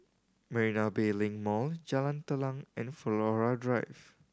Marina Bay Link Mall Jalan Telang and Flora Drive